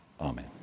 Amen